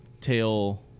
tail